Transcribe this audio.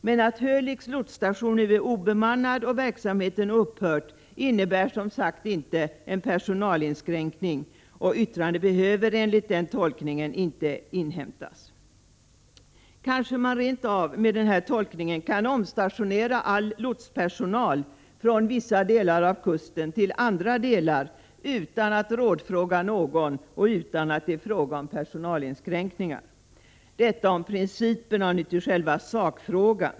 Men att Hölicks lotsstation nu är obemannad och verksamheten upphört innebär som sagt inte en personalinskränkning — och yttrande behöver med den tolkningen inte inhämtas. Kanske man rent av kan omstationera all lotspersonal från vissa delar av kusten till andra delar — utan att rådfråga någon och utan att det är fråga om personalinskränkningar. Detta om principerna — nu till själva sakfrågan.